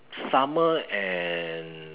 summer and